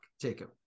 Jacob